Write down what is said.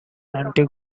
anti